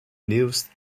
news